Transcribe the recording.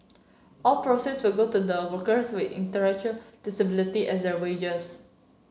all proceeds go to the workers with intellectual disability as their wages